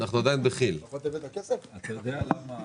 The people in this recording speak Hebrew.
אני באמת לא רוצה לעסוק יותר מידי בעבר,